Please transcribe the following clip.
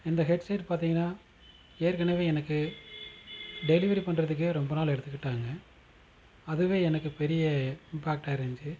இந்த ஹெட்செட் பார்த்தீங்கன்னா ஏற்கனவே எனக்கு டெலிவரி பண்ணுறதுக்கே ரொம்ப நாள் எடுத்துக்கிட்டாங்கள் அதுவே எனக்கு பெரிய இம்பேக்ட்டாக இருந்துச்சு